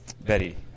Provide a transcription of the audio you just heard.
Betty